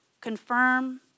confirm